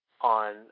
on